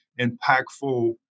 impactful